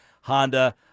Honda